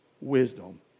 Wisdom